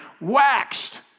waxed